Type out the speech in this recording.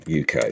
UK